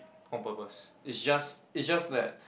on purpose it's just it's just that